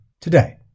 Today